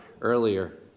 earlier